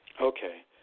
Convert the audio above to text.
okay